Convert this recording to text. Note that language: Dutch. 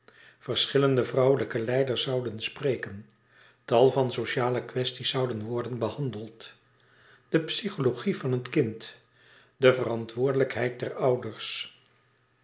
vrouwelijke leiders zouden spreken tal van sociale kwesties zouden worden behandeld de psychologie van het kind de verantwoordelijkheid der ouders